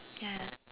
ya